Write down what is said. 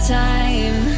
time